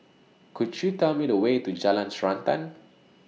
Could YOU Tell Me The Way to Jalan Srantan